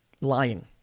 lying